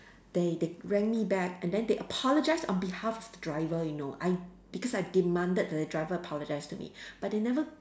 they they rang me back and then they apologised on the behalf of the driver you know I because I demanded the driver apologise to me but they never